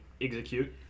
Execute